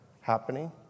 happening